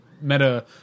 meta